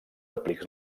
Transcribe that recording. aplics